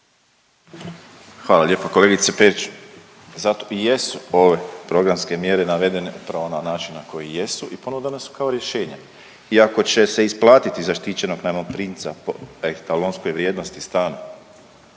Hvala lijepo kolegice Perić. Zato i jesu ove programske mjere navedene upravo na način na koji jesu i ponudana su kao rješenja i ako će se isplatiti zaštićenog najmoprimca po etalonskoj vrijednosti stana